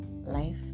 Life